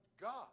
God